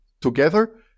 together